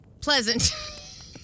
Pleasant